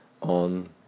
on